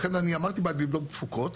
לכן אני אמרתי בעד לבדוק תפוקות.